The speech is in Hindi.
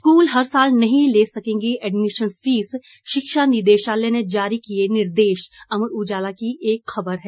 स्कूल हर साल नहीं ले सकेंगे एडमिशन फीस शिक्षा निदेशालय ने जारी किए निर्देश अमर उजाला की एक खबर है